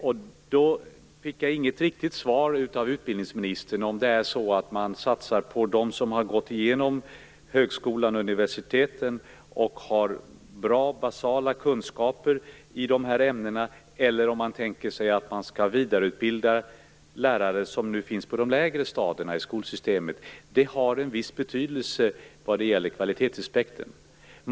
Jag fick inget riktigt svar från utbildningsministern på frågan om man satsar på dem som har gått igenom högskola eller universitet och som har bra basala kunskaper i de här ämnena eller om man tänker sig att vidareutbilda lärare som nu finns på de lägre stadierna i skolsystemet. Det har viss betydelse vad gäller kvalitetsaspekten.